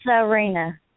Serena